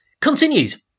continues